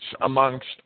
amongst